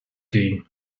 game